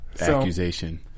accusation